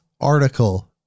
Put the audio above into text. article